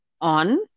on